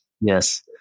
Yes